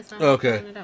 Okay